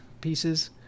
pieces